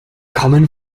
common